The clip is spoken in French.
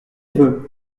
vœux